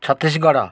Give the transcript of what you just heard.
Chhattisgarh